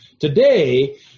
Today